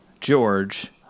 George